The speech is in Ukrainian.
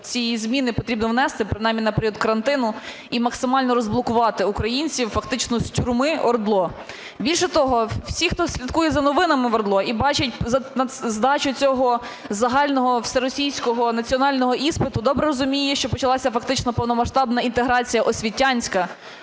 ці зміни потрібно внести принаймні на період карантину і максимально розблокувати українців фактично з тюрми ОРДЛО. Більше того, всі, хто слідкує за новинами в ОРДЛО і бачить здачу цього загального всеросійського національного іспиту, добре розуміє, що почалася фактично повномасштабна інтеграція освітянська